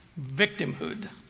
victimhood